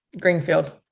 Greenfield